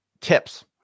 tips